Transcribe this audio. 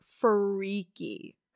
freaky